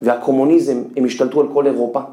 והקומוניזם, הם השתלטו על כל אירופה.